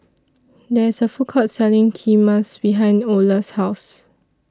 There IS A Food Court Selling Kheema behind Olar's House